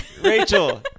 Rachel